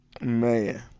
Man